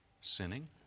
sinning